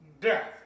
death